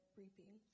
reaping